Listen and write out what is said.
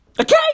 Okay